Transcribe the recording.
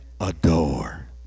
adore